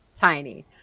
Tiny